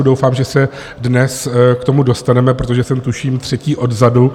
Doufám, že se dnes k tomu dostaneme, protože jsem tuším třetí odzadu.